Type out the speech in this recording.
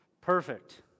Perfect